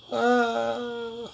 uh